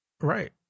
Right